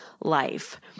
life